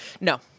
no